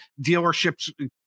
dealerships